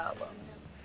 albums